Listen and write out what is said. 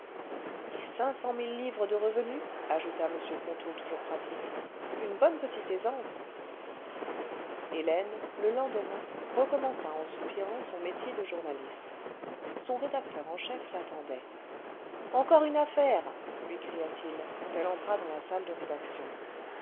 et cinq cent mille livres de revenu ajouta m ponto toujours pratique une bonne petite aisance hélène le lendemain recommença en soupirant son métier de journaliste son rédacteur en chef l'attendait encore une affaire lui çria t il quand elle entra clans la salle de la rédaction